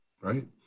right